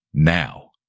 Now